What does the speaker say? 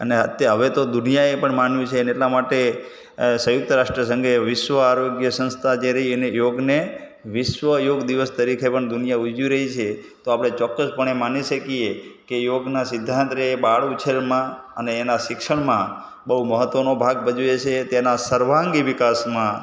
અને અત્યા હવે તો દુનિયાએ પણ માન્યું છે અને એટલાં માટે સંયુક્ત રાષ્ટ્ર સંઘે વિશ્વ આરોગ્ય સંસ્થા જે રહી એણે યોગને વિશ્વ યોગ દિવસ તરીકે પણ દુનિયા ઉજવી રહી છે તો આપણે ચોક્કસપણે માની શકીએ કે યોગના સિદ્ધાંત રહે એ બાળ ઉછેરમાં અને એનાં શિક્ષણમાં બહુ મહત્ત્વ નો ભાગ ભજવે છે તેના સર્વાંગી વિકાસમાં